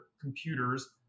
computers